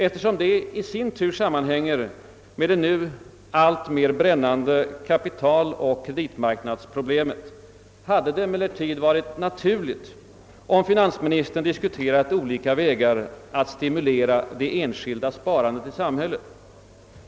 Eftersom detta i sin tur sammanhänger med det nu alltmer brännande kapitaloch kreditmarknadsproblemet hade det emellertid varit naturligt, om finansministern diskuterat olika vägar att stimulera det enskilda sparandet i samhället.